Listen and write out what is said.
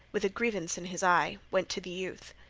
with a grievance in his eye, went to the youth.